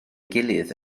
gilydd